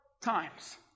times